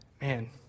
man